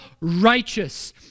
righteous